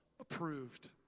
approved